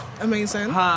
Amazing